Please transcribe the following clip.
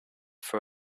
for